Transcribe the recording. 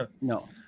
no